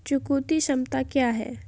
चुकौती क्षमता क्या है?